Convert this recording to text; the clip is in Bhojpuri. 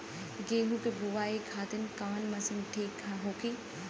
गेहूँ के बुआई खातिन कवन मशीन ठीक होखि?